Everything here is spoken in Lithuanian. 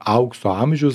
aukso amžius